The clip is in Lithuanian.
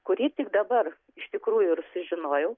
kurį tik dabar iš tikrųjų ir sužinojau